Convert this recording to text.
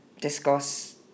discuss